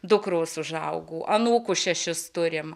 dukros užaugo anūkų šešis turim